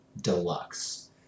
Deluxe